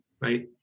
Right